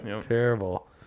Terrible